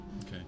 Okay